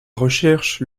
recherche